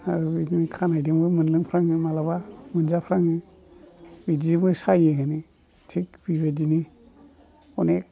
आर बिदिनो खानायदोंबो मोनलोंफ्राङो माब्लाबा मोनजाफ्राङो इदिजोंबो सायोआनो थिख बेबायदिनो अनेख